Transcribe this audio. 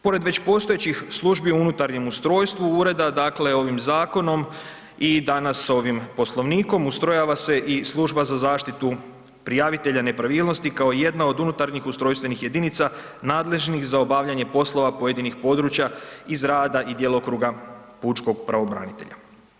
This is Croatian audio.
Pored već postojećih službi u unutarnjem ustrojstvu ureda, dakle ovim zakonom i danas ovim Poslovnikom, ustrojava se i Služba za zaštitu prijavitelja nepravilnosti kao jedna od unutarnjih ustrojstvenih jedinica nadležnih za obavljanje poslova pojedinih područja iz rada i djelokruga pučkog pravobranitelja.